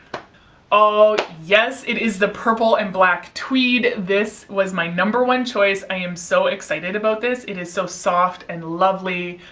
oh yes, it is the purple and black tweed. this was my number one choice. i am so excited about this. it is so soft and lovely.